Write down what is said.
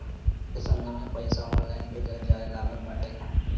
आजके समय में पईसा ऑनलाइन भेजल जाए लागल बाटे